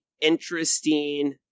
interesting